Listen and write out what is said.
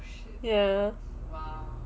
ya